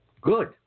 Good